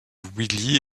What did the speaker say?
willy